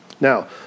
Now